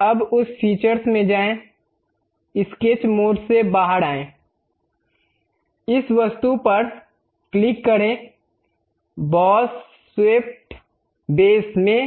अब उस फीचर्स में जाएं स्केच मोड से बाहर आएं इस वस्तु पर क्लिक करें बॉस स्वेप्ट बेस में